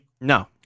no